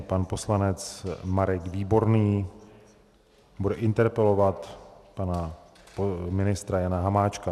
Pan poslanec Marek Výborný bude interpelovat pana ministra Jana Hamáčka.